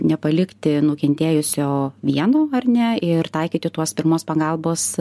nepalikti nukentėjusio vieno ar ne ir taikyti tuos pirmos pagalbos